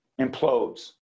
implodes